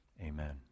Amen